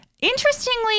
Interestingly